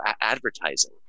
advertising